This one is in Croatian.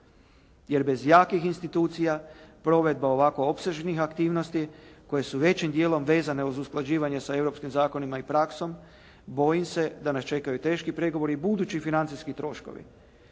jer bez jakih institucija provedba ovako opsežnih aktivnosti koje su većim dijelom vezane uz usklađivanjem sa europskim zakonima i praksom, bojim se da nas čekaju teški pregovori i budući financijski troškovi.